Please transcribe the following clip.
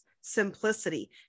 simplicity